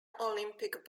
olympic